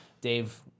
Dave